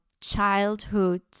childhood